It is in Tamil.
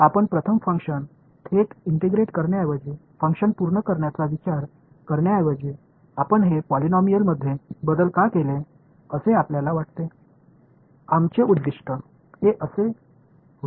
ஆகவே செயல்பாட்டை நேரடியாக ஒருங்கிணைப்பதை நேரடியாக மதிப்பிடுவதற்கு பதிலாக நாம் முதலில் எடுத்தது ஏன் என்று நினைக்கிறீர்கள் இந்த மாற்றத்தை ஏன் ஒரு பாலினாமியலாக மாற்றினோம்